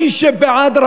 מי שבעד,